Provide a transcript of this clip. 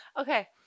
Okay